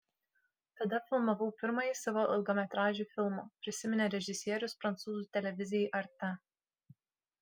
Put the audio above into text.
tada filmavau pirmąjį savo ilgametražį filmą prisiminė režisierius prancūzų televizijai arte